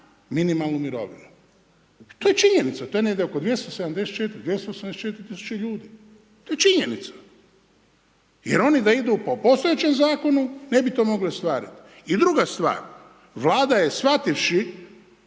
minimalnu mirovinu. To je činjenica, to je negdje oko 274 tisuće ljudi. To je činjenica, jer da oni idu po postojećem zakonu ne bi to mogli ostvariti. I druga stvar. Vlada je shvativši